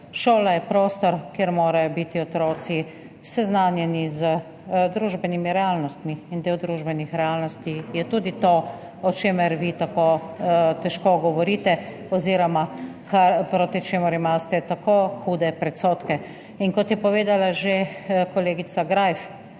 Šola je prostor, kjer morajo biti otroci seznanjeni z družbenimi realnostmi. In del družbenih realnosti je tudi to, o čemer vi tako težko govorite oziroma proti čemur imate tako hude predsodke. In kot je povedala že kolegica Greif,